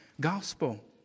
gospel